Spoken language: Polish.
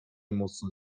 mocno